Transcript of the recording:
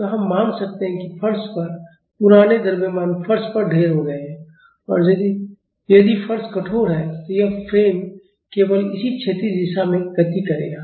तो हम मान सकते हैं कि फर्श पर पुराने द्रव्यमान फर्श पर ढेर हो गए हैं और यदि फर्श कठोर है तो यह फ्रेम केवल इसी क्षैतिज दिशा में गति करेगा